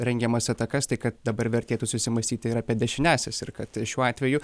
rengiamas atakas tai kad dabar vertėtų susimąstyti ir apie dešiniąsias ir kad šiuo atveju